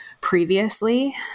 previously